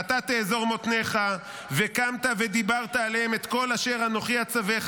"ואתה תאזר מתניך וקמת ודברת אליהם את כל אשר אנכי אצוך.